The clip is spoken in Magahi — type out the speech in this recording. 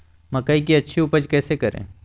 मकई की अच्छी उपज कैसे करे?